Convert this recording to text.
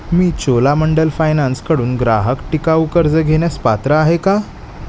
मी चोलामंडल फायनान्सकडून ग्राहक टिकाऊ कर्ज घेण्यास पात्र आहे का